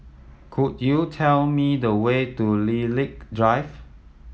could you tell me the way to Lilac Drive